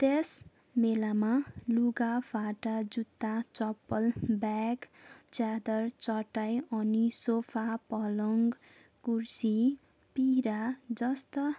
त्यस मेलामा लुगा फाटा जुत्ता चप्पल ब्याग च्यादर चटाइ अनि सोफा पलङ् कुर्सी पिरा जस्ता